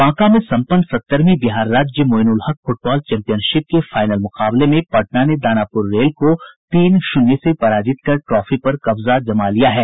बांका में सम्पन्न सत्तरवीं बिहार राज्य मोइनुलहक फुटबॉल चैंपियनशिप के फाइनल मुकाबले में पटना ने दानापुर रेल को तीन शून्य से पराजित कर ट्रॉफी पर कब्जा जमा लिया है